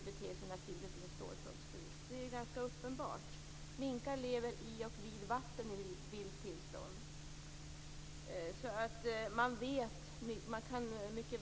De kan kanske få tillgång till vatten och få litet större utrymme.